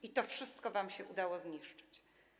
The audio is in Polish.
I to wszystko wam się udało zniszczyć.